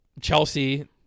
Chelsea